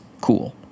cool